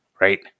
right